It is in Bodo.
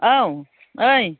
औ ओइ